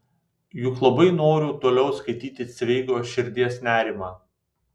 juk labai noriu toliau skaityti cveigo širdies nerimą